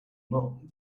not